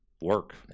work